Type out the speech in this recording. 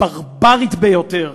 הברברית ביותר,